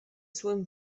złym